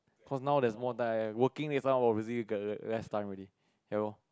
cause now there's more time working next time obviously less time already ya loh